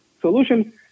solution